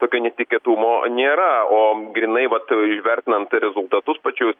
tokio netikėtumo nėra o grynai vat įvertinant rezultatus pačius